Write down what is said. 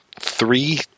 three